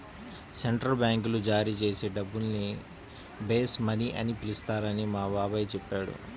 central బ్యాంకులు జారీ చేసే డబ్బుల్ని బేస్ మనీ అని పిలుస్తారని మా బాబాయి చెప్పాడు